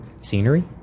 scenery